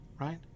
right